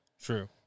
True